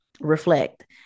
reflect